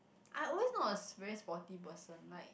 I always not a sp~ very sporty person like